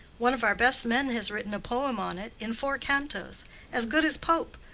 one of our best men has written a poem on it, in four cantos as good as pope.